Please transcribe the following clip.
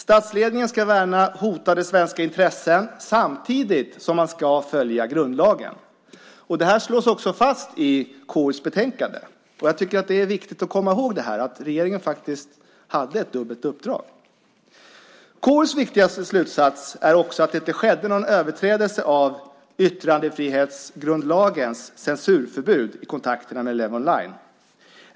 Statsledningen ska värna hotade svenska intressen samtidigt som man ska följa grundlagen. Det slås också fast i KU:s betänkande. Jag tycker att det är viktigt att komma ihåg det. Regeringen hade faktiskt ett dubbelt uppdrag. KU:s viktigaste slutsats är att det inte skedde någon överträdelse av yttrandefrihetsgrundlagens censurförbud i kontakterna med Levonline.